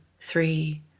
three